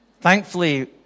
Thankfully